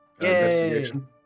Investigation